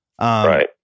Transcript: right